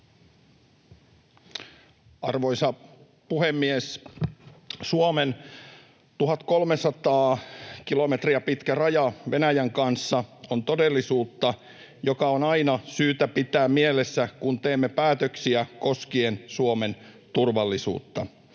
Arvoisa puhemies! Suomen 1 300 kilometriä pitkä raja Venäjän kanssa on todellisuutta, mikä on aina syytä pitää mielessä, kun teemme päätöksiä koskien Suomen turvallisuutta.